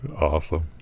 awesome